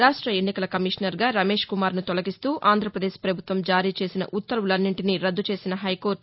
రాష్ట ఎన్నికల కమిషనర్గా రమేష్ కుమార్ను తొలగిస్తూ ఆంధ్రప్రదేశ్ ప్రభుత్వం జారీ చేసిన ఉత్తర్వులన్నీంటిని రద్దు చేసిన హైకోర్ల